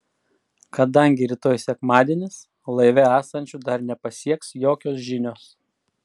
kadangi rytoj sekmadienis laive esančių dar nepasieks jokios žinios